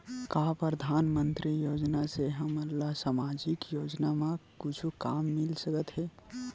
का परधानमंतरी योजना से हमन ला सामजिक योजना मा कुछु काम मिल सकत हे?